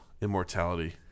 Immortality